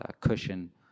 cushion